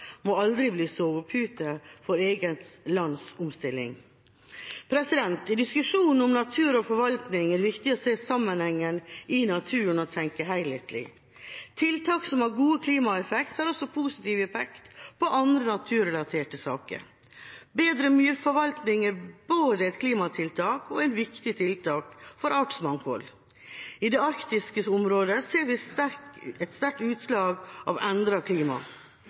må aldri bli en sovepute for eget lands omstilling. I diskusjonen om natur og forvaltning er det viktig å se sammenhengene i naturen og tenke helhetlig. Tiltak som har god klimaeffekt, har også positiv effekt på andre naturrelaterte saker. Bedre myrforvaltning er både et klimatiltak og et viktig tiltak for artsmangfold. I de arktiske områdene ser vi et sterkt utslag av endret klima.